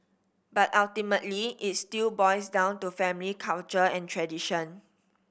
but ultimately it still boils down to family culture and tradition